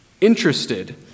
interested